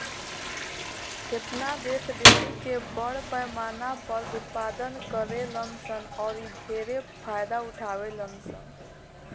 केतना देश डेयरी के बड़ पैमाना पर उत्पादन करेलन सन औरि ढेरे फायदा उठावेलन सन